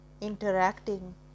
interacting